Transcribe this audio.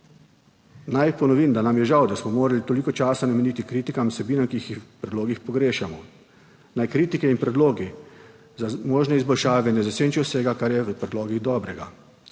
Naj ponovim, da nam je žal, da smo morali toliko časa nameniti kritikam, vsebinam, ki jih v predlogih pogrešamo. Naj kritike in predlogi za možne izboljšave ne zasenčijo vsega, kar je v predlogih dobrega.